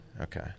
Okay